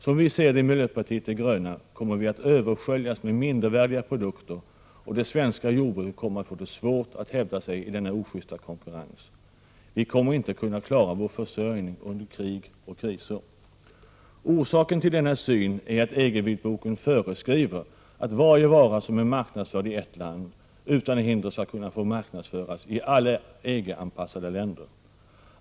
Som vi ser det i miljöpartiet de gröna kommer vi att översköljas med mindervärdiga produkter, och det svenska jordbruket kommer att få det svårt att hävda sig i denna ojusta konkurrens. Vi kommer inte att kunna klara vår försörjning under krig och kriser. Orsaken till denna syn är att EG-vitboken föreskriver att varje vara som är marknadsförd i ett visst land utan hinder skall få marknadsföras i alla EG-anpassade länder.